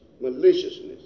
Maliciousness